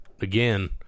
again